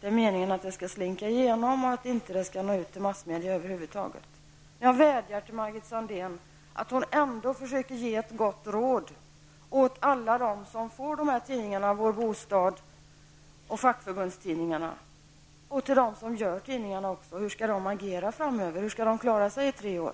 Det är meningen att ärendet skall slinka igenom och att det över huvud taget inte skall nå ut till massmedia. Jag vädjar till Margit Sandéhn att hon ändå skall försöka ge ett gott råd till alla de människor som får dessa tidningar, Vår bostad och fackförbundstidningarna, och till dem som gör tidningarna om hur de skall agera framöver och kunna klara sig i tre år.